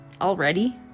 already